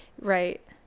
Right